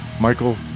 Michael